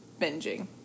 binging